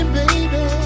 baby